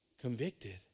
convicted